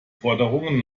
forderungen